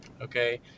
Okay